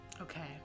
Okay